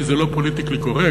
כי זה לא פוליטיקלי קורקט,